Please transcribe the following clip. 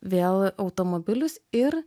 vėl automobilius ir